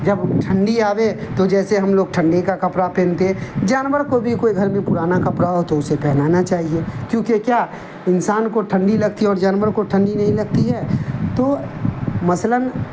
جب ٹھنڈی آئے تو جیسے ہم لوگ ٹھنڈی کا کپڑا پہنتے جانور کو بھی کوئی گھر میں پرانا کپڑا ہو تو اسے پہنانا چاہیے کیونکہ کیا انسان کو ٹھنڈی لگتی ہے اور جانور کو ٹھنڈی نہیں لگتی ہے تو مثلاً